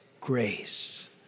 grace